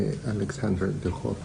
אנשים כאן בגילאים